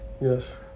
yes